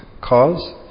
cause